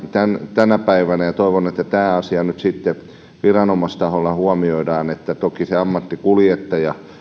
tänä päivänä toivon että tämä asia nyt sitten viranomaistaholla huomioidaan että toki se ammattikuljettaja